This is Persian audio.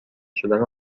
شدن